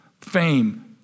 fame